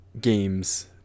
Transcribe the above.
games